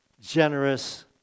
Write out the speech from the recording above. generous